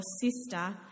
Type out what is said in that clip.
sister